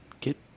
get